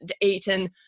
eaten